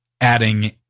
adding